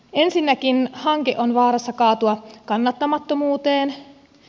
ensinnäkin hanke on vaarassa kaatua kannattamattomuuteen